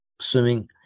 swimming